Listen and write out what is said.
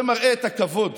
זה מראה את הכבוד